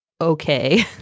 Okay